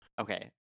okay